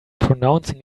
pronouncing